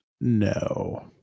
no